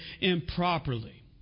improperly